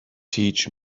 teach